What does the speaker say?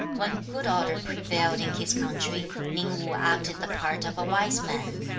when good order prevailed in his country, ning wu acted the part of a wise man.